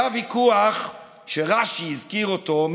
היה ויכוח שרש"י הזכיר אותו,